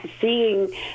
seeing